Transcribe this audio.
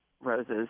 roses